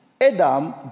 Adam